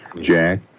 Jack